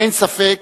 אין ספק